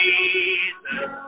Jesus